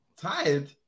Tired